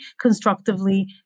constructively